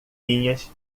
minhas